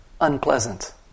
unpleasant